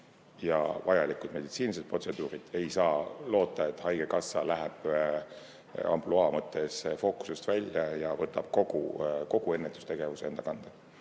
ja vajalikud meditsiinilised protseduurid. Ei saa loota, et haigekassa läheb ampluaa mõttes fookusest välja ja võtab kogu ennetustegevuse enda kanda.